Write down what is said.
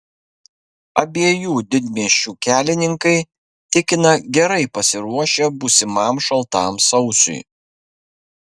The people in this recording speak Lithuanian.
abiejų didmiesčių kelininkai tikina gerai pasiruošę būsimam šaltam sausiui